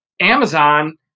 Amazon